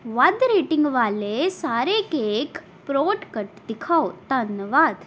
ਵੱਧ ਰੇਟਿੰਗ ਵਾਲੇ ਸਾਰੇ ਕੇਕ ਪ੍ਰੋਡਕਟ ਦਿਖਾਓ